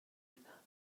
کردم